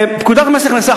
פקודת מס הכנסה,